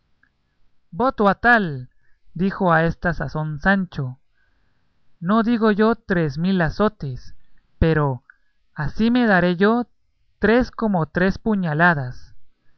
voto a tal dijo a esta sazón sancho no digo yo tres mil azotes pero así me daré yo tres como tres puñaladas